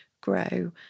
grow